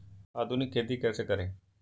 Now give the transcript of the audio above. आधुनिक खेती कैसे करें?